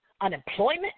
unemployment